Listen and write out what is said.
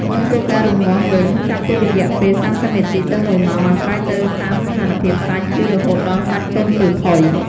ចំពោះការរំងាស់វិញ ចាប់ពីរយៈពេល៣០នាទី ទៅ ១ម៉ោងអាស្រ័យទៅតាមស្ថានភាពសាច់ គឺរហូតដល់សាច់ទន់ឬផុយ។